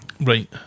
right